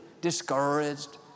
discouraged